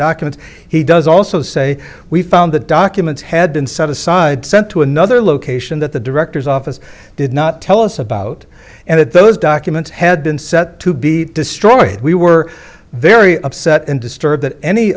documents he does also say we found the documents had been set aside sent to another location that the director's office did not tell us about and that those documents had been set to be destroyed we were very upset and disturbed that any